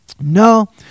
No